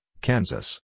Kansas